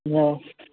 हँ